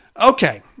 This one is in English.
okay